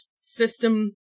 system